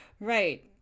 right